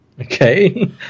okay